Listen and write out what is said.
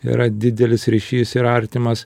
yra didelis ryšys ir artimas